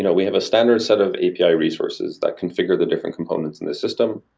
you know we have a standard set of api ah resources that can figure the different components in the system.